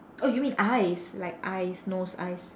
oh you mean eyes like eyes nose eyes